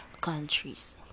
countries